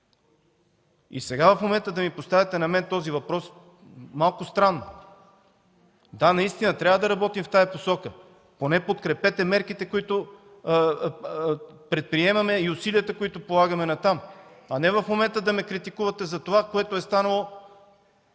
И сега в момента да ми поставяте на мен този въпрос е малко странно. Да, наистина трябва да работим в тази посока, но поне подкрепете мерките, които предприемаме, и усилията, които полагаме в тази посока, а не в момента да ме критикувате за онова, което е станало